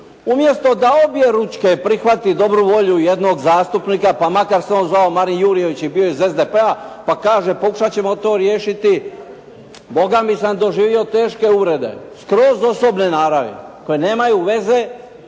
Umjesto da obje ručke prihvati dobru volju jednog zastupnika, pa makar se on zvao Marin Jurjević i bio iz SDP-a, pa kaže, pokušati ćemo to riješiti, boga mi sam doživio teške uvrede, skroz osobne naravi koje nemaju veze